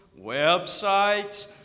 websites